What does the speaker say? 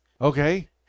Okay